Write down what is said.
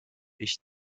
ich